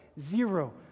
zero